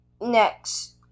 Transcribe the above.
next